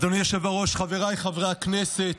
אדוני היושב בראש, חבריי חברי הכנסת.